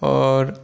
आओर